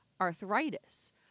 arthritis